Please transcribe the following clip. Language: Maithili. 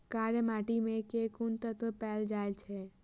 कार्य माटि मे केँ कुन तत्व पैल जाय छै?